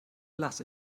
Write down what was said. lasse